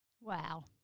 Wow